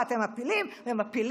ואתם מפילים ומפילים.